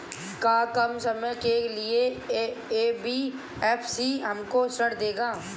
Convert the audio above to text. का कम समय के लिए एन.बी.एफ.सी हमको ऋण देगा?